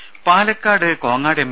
രും പാലക്കാട് കോങ്ങാട് എം